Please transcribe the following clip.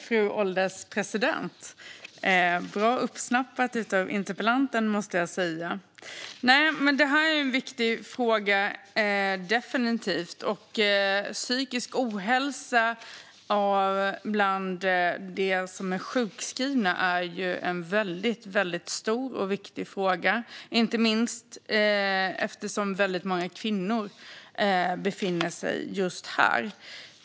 Fru ålderspresident! Detta är definitivt en viktig fråga. Psykisk ohälsa bland dem som är sjukskrivna är en väldigt stor och viktig fråga. Det gäller inte minst eftersom väldigt många kvinnor befinner sig just här.